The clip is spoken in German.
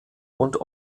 und